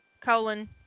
colon